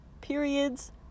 Periods